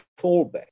fallback